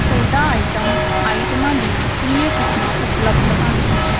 soda item ਆਈਟਮਾਂ ਦੀਆਂ ਕਿੰਨੀਆਂ ਕਿਸਮਾਂ ਉਪਲੱਬਧ ਹਨ